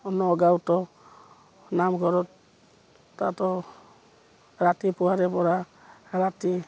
নগাঁৱতো নামঘৰত তাতো ৰাতিপুৱাৰে পৰা ৰাতি